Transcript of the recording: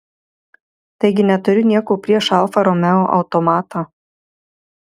taigi neturiu nieko prieš alfa romeo automatą